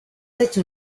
hecho